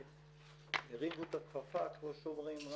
הרימו את הכפפה כמו שאומרים,